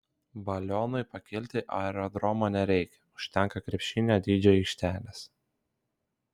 balionui pakilti aerodromo nereikia užtenka krepšinio dydžio aikštelės